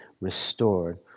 restored